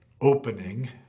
opening